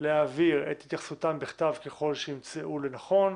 להעביר את התייחסותן בכתב ככל שימצאו לנכון,